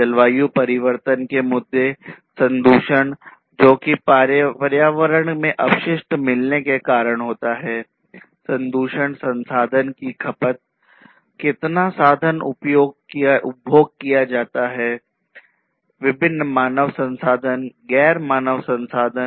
जलवायु परिवर्तन के मुद्दे संदूषण जो कि पर्यावरण में अपशिष्ट मिलने के कारण होता है संदूषण संसाधन की खपत कितना साधन उपभोग किया जाता है विभिन्न मानव संसाधन गैर मानव संसाधन